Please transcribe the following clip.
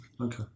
Okay